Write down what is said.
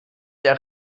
der